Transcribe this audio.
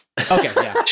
Okay